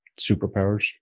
superpowers